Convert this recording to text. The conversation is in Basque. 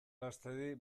gaztedi